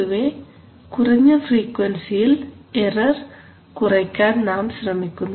പൊതുവേ കുറഞ്ഞ ഫ്രീക്വൻസിയിൽ എറർ കുറയ്ക്കാൻ നാം ശ്രമിക്കുന്നു